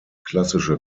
klassische